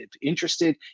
interested